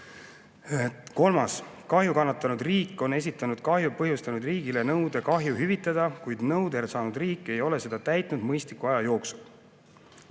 eeldus: kahju kannatanud riik on esitanud kahju põhjustanud riigile nõude kahju hüvitada, kuid nõude saanud riik ei ole seda täitnud mõistliku aja jooksul.